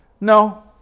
No